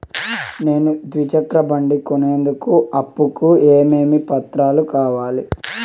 నేను ద్విచక్ర బండి కొనేందుకు అప్పు కు ఏమేమి పత్రాలు కావాలి?